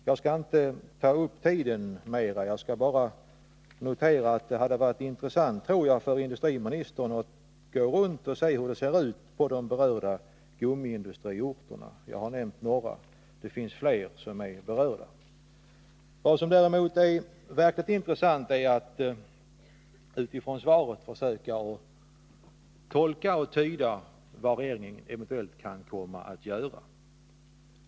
Jag skall inte ta upp tiden mer — jag vill bara påpeka att det nog hade varit intressant för industriministern att gå runt och se hur det ser ut på de berörda gummiindustriorterna. Jag har nämnt några — det finns fler som är berörda. Vad som däremot är verkligt intressant är att utifrån svaret försöka tolka och tyda regeringens avsikter — vad man eventuellt kan komma att göra.